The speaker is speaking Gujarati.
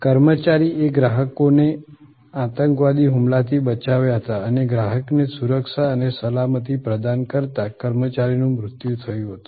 કર્મચારી એ ગ્રાહકોને આતંકવાદી હુમલા થી બચાવ્યા હતા અને ગ્રાહક ને સુરક્ષા અને સલામતી પ્રદાન કરતાં કર્મચારી નું મૃત્યુ થયું હતું